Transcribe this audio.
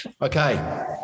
Okay